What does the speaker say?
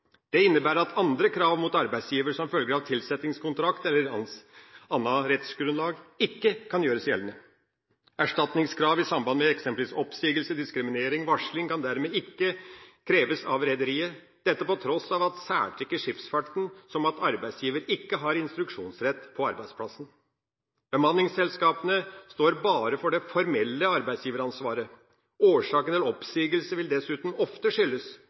Det innebærer at andre krav mot arbeidsgiver som følge av tilsettingskontrakt eller annet rettsgrunnlag ikke kan gjøres gjeldende. Erstatningskrav i samband med eksempelvis oppsigelse, diskriminering og varsling kan dermed ikke kreves av rederiet – dette på tross av særtrekk i skipsfarten, som at arbeidsgiver ikke har instruksjonsrett på arbeidsplassen. Bemanningsselskapene står bare for det formelle arbeidsgiveransvaret. Årsaken til oppsigelse vil dessuten ofte skyldes